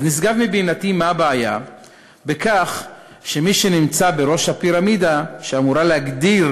נשגב מבינתי מה הבעיה בכך שמי שנמצא בראש הפירמידה שאמורה להגדיר